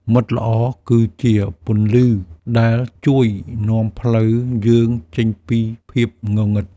មិត្តល្អគឺជាពន្លឺដែលជួយនាំផ្លូវយើងចេញពីភាពងងឹត។